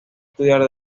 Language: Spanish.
estudiar